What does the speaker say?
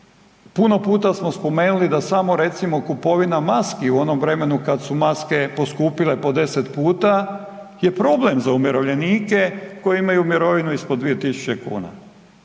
Puno puta smo spomenuli da samo recimo kupovina maski u onom vremenu kad su maske poskupile po 10 puta je problem za umirovljenike koji imaju mirovinu ispod 2.000 kuna.